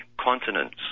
continents